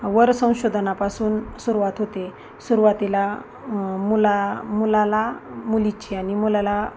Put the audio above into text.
वरसंंशोधनापासून सुरूवात होते सुरूवातीला मुला मुलाला मुलीची आणि मुलाला